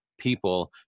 people